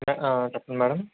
చెప్పండి మేడం